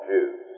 Jews